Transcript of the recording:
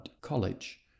College